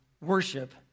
worship